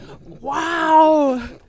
Wow